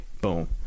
Boom